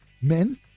Men